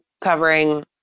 covering